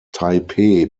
taipei